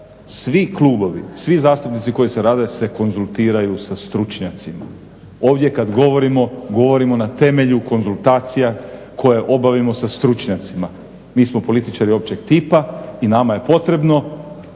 Svi klubovi, svi zastupnici koji rade se konzultiraju sa stručnjacima. Ovdje kad govorimo, govorimo na temelju konzultacija koje obavimo sa stručnjacima. Mi smo političari općeg tipa i nama je potrebno